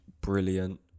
brilliant